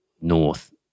north